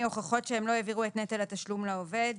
הוכחות שהם לא העבירו את נטל התשלום לעובד.